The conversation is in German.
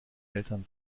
eltern